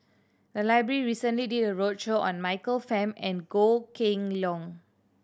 the library recently did a roadshow on Michael Fam and Goh Kheng Long